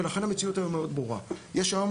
לכן המציאות היום מאוד ברורה: יש היום